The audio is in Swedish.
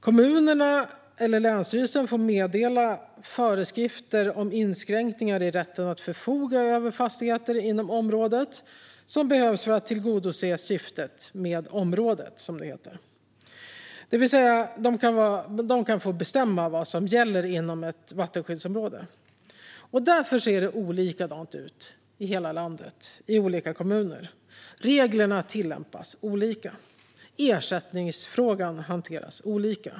Kommunerna eller länsstyrelsen får meddela föreskrifter om inskränkningar i rätten att förfoga över fastigheter inom området som behövs för att tillgodose syftet med området, som det heter - det vill säga att de kan få bestämma vad som gäller inom ett vattenskyddsområde. Därför ser det olika ut i hela landet i olika kommuner. Reglerna tillämpas olika. Ersättningsfrågan hanteras olika.